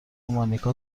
مانیکا